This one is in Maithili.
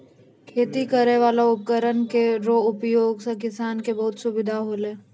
खेती करै वाला उपकरण रो उपयोग से किसान के बहुत सुबिधा होलै